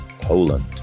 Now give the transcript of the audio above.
Poland